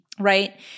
Right